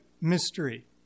mystery